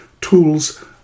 tools